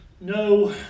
No